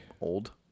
old